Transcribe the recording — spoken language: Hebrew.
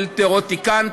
של תיאורטיקנים,